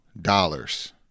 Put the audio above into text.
dollars